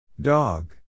Dog